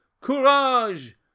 Courage